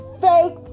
fake